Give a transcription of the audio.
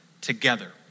together